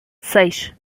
seis